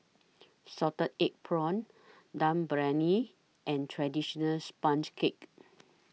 Salted Egg Prawns Dum Briyani and Traditional Sponge Cake